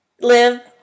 Live